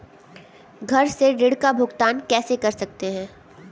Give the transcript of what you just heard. घर से ऋण का भुगतान कैसे कर सकते हैं?